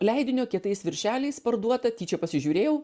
leidinio kietais viršeliais parduota tyčia pasižiūrėjau